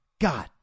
God